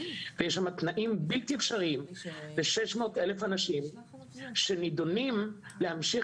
יש שמה תנאים בלתי אפשריים ל-600,000 אנשים שנידונים להמשיך